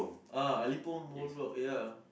uh Ali Pom old block ya